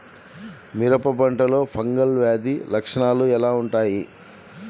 మిరప పంటలో ఫంగల్ వ్యాధి లక్షణాలు ఎలా వుంటాయి?